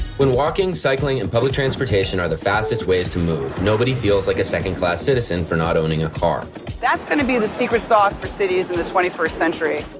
when walking, cycling, and public transportation are the fastest ways to move, nobody feels like a second class citizen for not owning a car that's going to be the secret sauce for cities in the twenty first century.